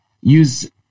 use